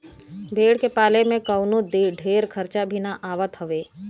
भेड़ के पाले में कवनो ढेर खर्चा भी ना आवत हवे